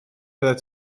byddet